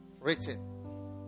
Written